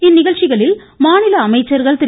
இந்நிகழ்ச்சிகளில் அமைச்சர்கள் திரு